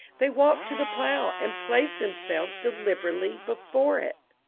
they walked to the plow and placed themselves deliberately before it.